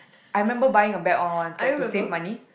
I remember buying a bad one once like to save money